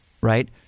right